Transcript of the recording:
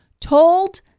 told